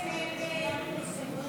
הסתייגות 13 לא נתקבלה.